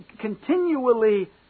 continually